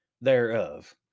thereof